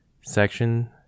Section